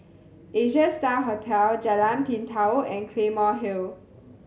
Asia Star Hotel Jalan Pintau and Claymore Hill